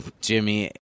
Jimmy